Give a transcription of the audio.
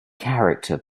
character